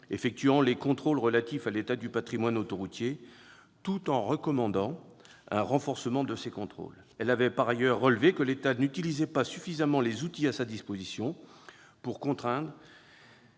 effectuent les contrôles relatifs à l'état du patrimoine autoroutier, tout en recommandant un renforcement de ces contrôles. Par ailleurs, elle avait relevé que l'État n'utilisait pas suffisamment les outils à sa disposition pour contraindre